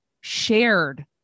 shared